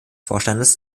vorstands